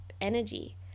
energy